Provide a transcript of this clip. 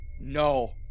no